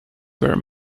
were